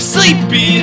Sleepy